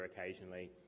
occasionally